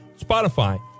Spotify